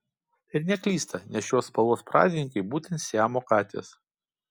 ir neklysta nes šios spalvos pradininkai būtent siamo katės